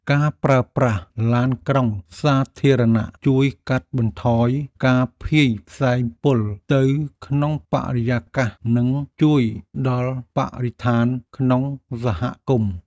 ការប្រើប្រាស់ឡានក្រុងសាធារណៈជួយកាត់បន្ថយការភាយផ្សែងពុលទៅក្នុងបរិយាកាសនិងជួយដល់បរិស្ថានក្នុងសហគមន៍។